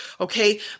okay